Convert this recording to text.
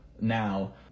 now